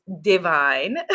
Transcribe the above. divine